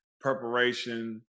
preparation